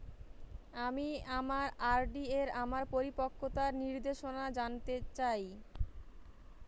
আমি আমার আর.ডি এর আমার পরিপক্কতার নির্দেশনা জানতে চাই